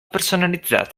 personalizzate